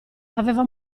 aveva